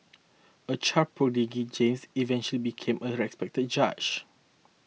a child prodigy James eventually became a respected judge